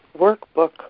workbook